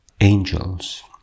angels